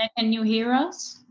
and you hear us?